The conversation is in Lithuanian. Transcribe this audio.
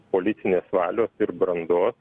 politinės valios ir brandos